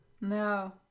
No